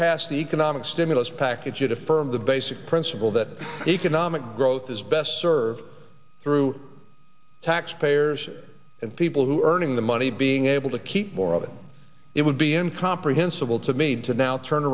passed the economic stimulus package it affirms the basic principle that economic growth is best served through tax payers and people who are earning the money being able to keep more of it it would be in comprehensible to me to now turn